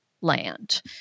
land